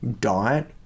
diet